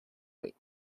rate